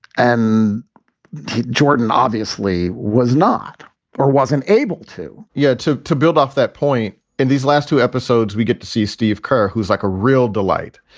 and jordan obviously was not or wasn't able to yeah. to to build off that point. in these last two episodes, we get to see steve kurr, who is like a real delight.